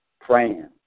praying